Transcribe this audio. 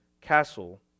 castle